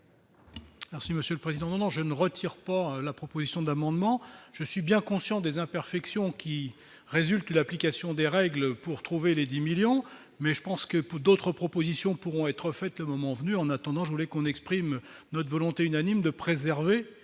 Merci monsieur le président je ne retire pas la proposition d'amendement, je suis bien conscient des imperfections qui résulte de l'application des règles pour trouver les 10 millions mais je pense que pour d'autres propositions pourront être faites, le moment venu, en attendant, je voulais qu'on exprime notre volonté unanime de préserver